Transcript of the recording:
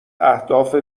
اهداف